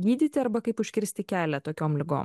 gydyti arba kaip užkirsti kelią tokiom ligom